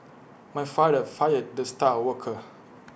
my father fired the star worker